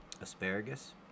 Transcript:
Asparagus